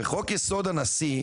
בחוק יסוד הנשיא,